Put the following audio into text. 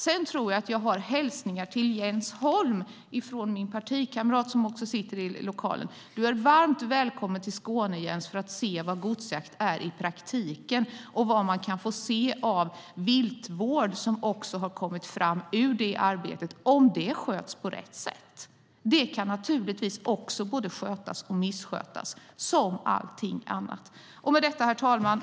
Jag tror att jag har en hälsning till Jens Holm från en partikamrat till mig som också sitter här i lokalen: Du är varmt välkommen till Skåne, Jens, för att se vad godsjakt är i praktiken och vad man kan få se av viltvård, som är något som har kommit fram ur detta arbete om det sköts på rätt sätt. Det kan naturligtvis också både skötas och misskötas som allt annat. Herr talman!